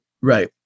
Right